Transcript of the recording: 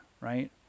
right